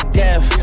death